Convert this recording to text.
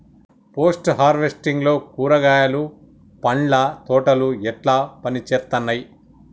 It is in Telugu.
పోస్ట్ హార్వెస్టింగ్ లో కూరగాయలు పండ్ల తోటలు ఎట్లా పనిచేత్తనయ్?